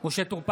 משה טור פז,